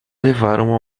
levaram